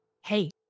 Hey